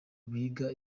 biga